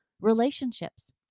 Relationships